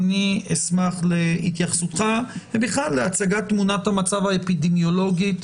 אני אשמח להתייחסותך ובכלל להצגת תמונת המצב האפידמיולוגית